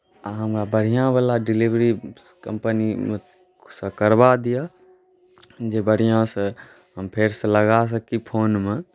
अहाँ हमरा बढ़िआँवला डिलेवरी कम्पनीसँ करवा दिअ जे बढ़िआँसँ हम फेरसँ लगा सकी फोनमे